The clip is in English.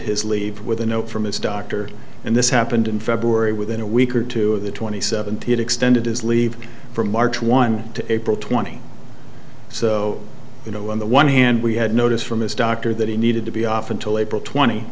his leave with a note from his doctor and this happened in february within a week or two of the twenty seven th extended his leave from march one to april twenty one the one hand we had notice from his doctor that he needed to be off until april twenty